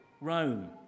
Rome